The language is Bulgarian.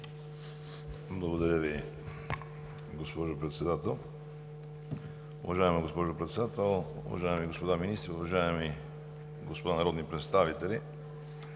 Благодаря Ви, госпожо Председател. Уважаема госпожо Председател, уважаеми господа министри, уважаеми господа народни представители!